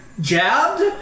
jabbed